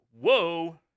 whoa